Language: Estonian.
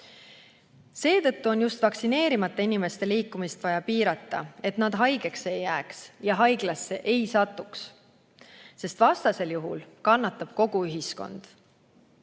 Seetõttu on just vaktsineerimata inimeste liikumist vaja piirata, et nad haigeks ei jääks ja haiglasse ei satuks, sest vastasel juhul kannatab kogu ühiskond.